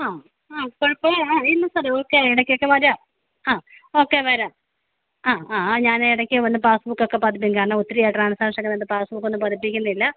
ആ ആ കുഴപ്പം ആ ഇല്ല സാറെ ഓക്കെ ഇടയ്ക്കൊക്കെ വരാം ആ ഓക്കെ വരാം ആ ആ ആ ഞാൻ ഇടയ്ക്ക് വന്ന് പാസ്ബുക്കൊക്കെ പതിപ്പിക്കും കാരണം ഒത്തിരിയായി ട്രാൻസാക്ഷൻക്കന്ന എന്റെ പാസ്ബുക്കൊന്നും പതിപ്പിക്കുന്നില്ല